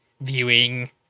viewing